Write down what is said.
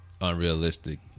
unrealistic